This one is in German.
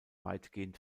weitgehend